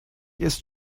ist